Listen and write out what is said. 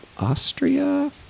Austria